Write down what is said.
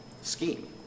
scheme